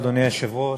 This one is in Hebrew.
אדוני היושב-ראש,